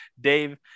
dave